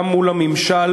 גם מול הממשל,